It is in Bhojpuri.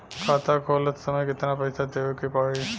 खाता खोलत समय कितना पैसा देवे के पड़ी?